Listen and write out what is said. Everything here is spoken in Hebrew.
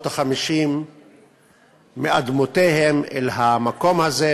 בשנות ה-50 מאדמותיהן אל המקום הזה,